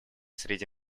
среди